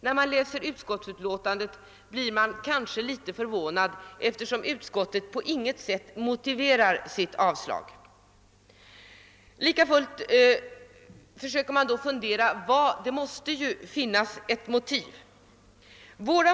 När man läser utskottsutlåtandet blir man något förvånad över att utskottet inte på något sätt motiverar sitt avstyrkande av motionen. Det måste ju finnas ett motiv.